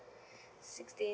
sixteen